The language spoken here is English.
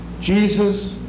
Jesus